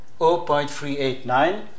0.389